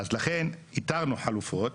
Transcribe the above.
ולכן איתרנו חלופות,